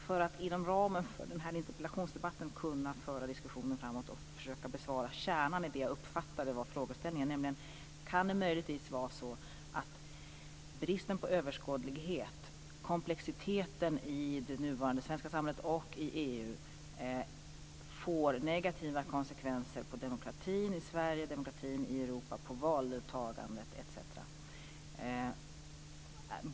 För att inom ramen för den här interpellationsdebatten kunna föra diskussionen framåt skall jag försöka besvara kärnan i det jag uppfattade var frågeställningen: Kan det möjligtvis vara så att bristen på överskådlighet, komplexiteten i det nuvarande svenska samhället och i EU får negativa konsekvenser för demokratin i Sverige, demokratin i Europa, valdeltagandet etc?